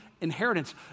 inheritance